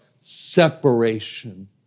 separation